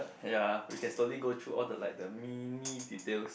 ya we can slowly go through all the like mini details